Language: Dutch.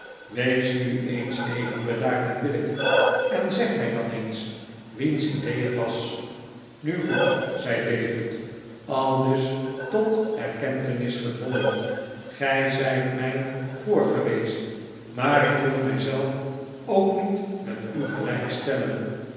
wees nu eens even bedaard en billijk en zeg mij dan eens wiens idee het was nu goed zei david aldus tot erkentenis gedwongen gij zijt mij voor geweest maar ik wil mij zelf ook niet met u gelijk stellen